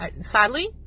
sadly